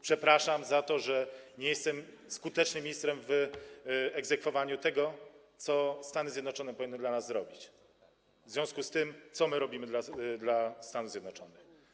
Przepraszam za to, że nie jestem skutecznym ministrem w egzekwowaniu tego, co Stany Zjednoczone powinny dla nas zrobić w związku z tym, co my robimy dla Stanów Zjednoczonych.